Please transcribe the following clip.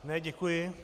Ne, děkuji.